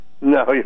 No